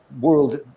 world